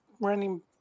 running